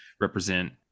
represent